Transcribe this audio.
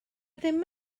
ddim